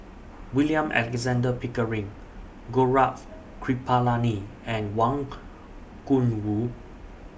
William Alexander Pickering Gaurav Kripalani and Wang Gungwu